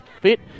fit